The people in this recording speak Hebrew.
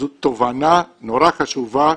זו תובנה נורא חשובה,